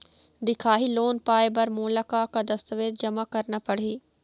दिखाही लोन पाए बर मोला का का दस्तावेज जमा करना पड़ही?